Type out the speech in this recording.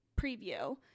preview